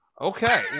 Okay